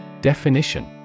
Definition